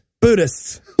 Buddhists